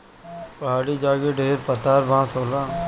पहाड़ी जगे ढेर पातर बाँस होला